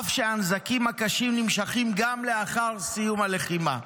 אף שהנזקים הקשים נמשכים גם לאחר סיום הלחימה.